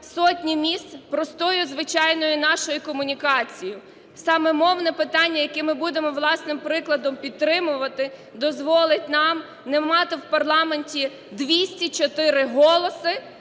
сотень міст простою звичайною нашою комунікацією. Саме мовне питання, яке ми будемо власним прикладом підтримувати, дозволить нам не мати в парламенті 204 голоси